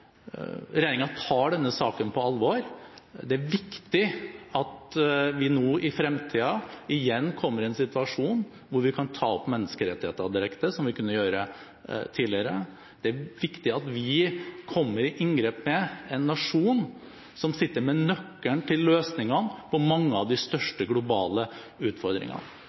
tar denne saken på alvor. Det er viktig at vi nå, i fremtiden, igjen kommer i en situasjon der vi kan ta opp menneskerettigheter direkte, slik vi kunne gjøre tidligere. Det er viktig at vi kommer i inngrep med en nasjon som sitter med nøkkelen til løsningene på mange av de største globale utfordringene.